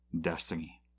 Destiny